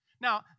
Now